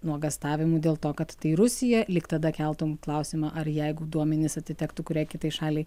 nuogąstavimų dėl to kad tai rusija lyg tada keltum klausimą ar jeigu duomenys atitektų kuriai kitai šaliai